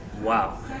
wow